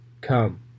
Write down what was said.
come